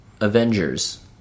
Avengers